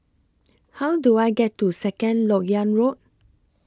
How Do I get to Second Lok Yang Road